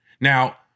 Now